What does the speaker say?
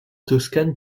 toscane